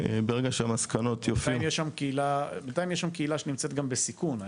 --- בינתיים יש שם קהילה שנמצאת גם בסיכון,